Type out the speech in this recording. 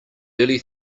early